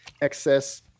excess